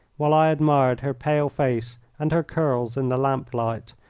while i admired her pale face and her curls in the lamp-light,